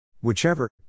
Whichever